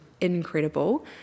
incredible